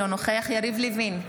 אינו נוכח יריב לוין,